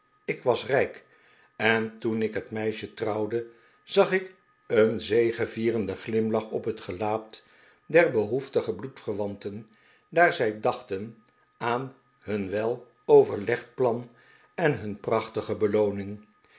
ik was rijk en toen ik het meisje trouwde zag ik een zegevierenden glimlach op het gelaat der behoeftige bloedverwanten daar zij dachten aan hun wel overlegd plan en hun prachtige belooning